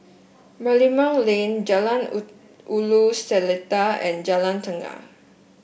Merlimau Lane Jalan Woo Ulu Seletar and Jalan Tukang